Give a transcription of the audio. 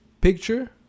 picture